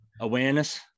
awareness